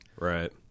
Right